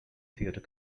theatre